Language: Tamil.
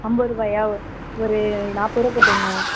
ஐம்பதுருவாயா ஒரு நாற்பதுருவா போட்டுக்குங்க